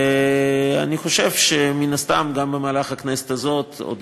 ואני חושב שמן הסתם גם במהלך הכנסת הזאת עוד